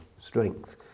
strength